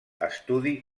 estudi